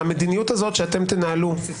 המדיניות הכללית,